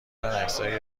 عکسای